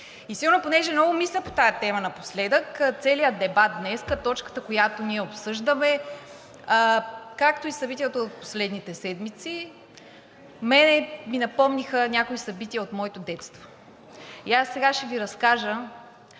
И сигурно понеже много мисля по тази тема напоследък, целият дебат днес, точката, която ние обсъждаме, както и събитията от последните седмици, на мен ми напомниха някои събития от моето детство и аз сега ще Ви разкажа